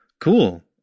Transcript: cool